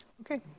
Okay